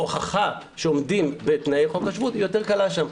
ההוכחה שהם עומדים בתנאי חוק השבות היא יותר קלה שם,